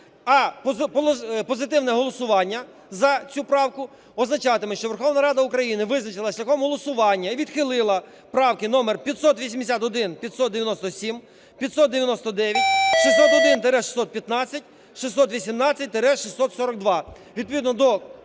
а позитивне голосування за цю правку означатиме, що Верховна Рада України визначила шляхом голосування і відхилила правки номер: 581, 597, 599, 601-615, 618-642.